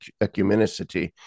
ecumenicity